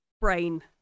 brain